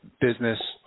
business